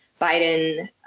Biden